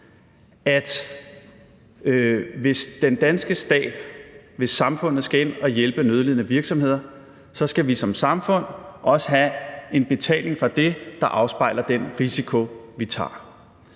altså hvis samfundet skal ind at hjælpe nødlidende virksomheder, skal vi som samfund også have en betaling for det, der afspejler den risiko, vi tager.